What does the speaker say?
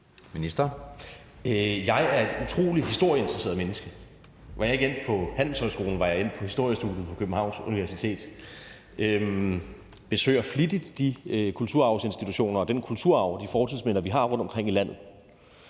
Jeg er et utrolig historieinteresseret menneske. Var jeg ikke endt på handelshøjskolen, var jeg endt på historiestudiet på Københavns Universitet. Jeg besøger flittigt de kulturarvsinstitutioner og den kulturarv og de fortidsminder, vi har rundtomkring i landet.